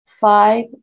Five